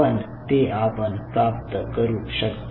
पण ते आपण प्राप्त करू शकतो